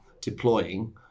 deploying